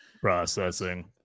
Processing